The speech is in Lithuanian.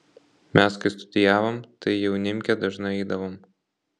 mes kai studijavom tai į jaunimkę dažnai eidavom